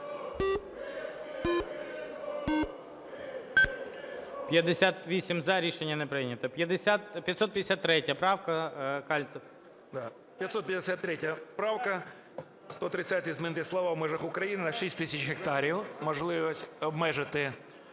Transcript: За-58 Рішення не прийнято. 553 правка, Кальцев.